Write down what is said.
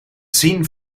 zien